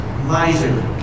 Miser